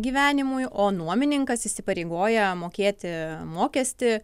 gyvenimui o nuomininkas įsipareigoja mokėti mokestį